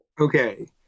Okay